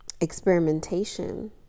experimentation